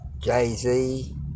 Jay-Z